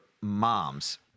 moms